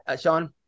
Sean